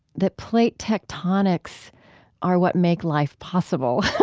that plate tectonics are what make life possible.